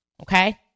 okay